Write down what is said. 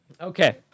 Okay